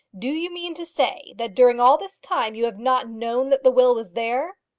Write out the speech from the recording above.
do you mean to say that during all this time you have not known that the will was there?